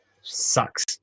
Sucks